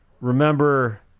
remember